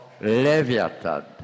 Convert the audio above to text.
Leviathan